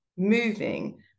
Moving